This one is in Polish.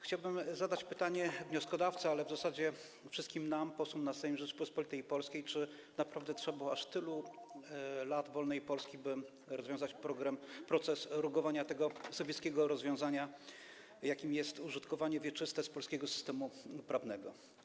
Chciałbym zadać pytanie wnioskodawcy, a w zasadzie nam wszystkim, posłom na Sejm Rzeczypospolitej Polskiej, czy naprawdę trzeba było aż tylu lat wolnej Polski, by rozwiązać problem rugowania tego sowieckiego rozwiązania, jakim jest użytkowanie wieczyste, z polskiego systemu prawnego.